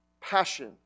passion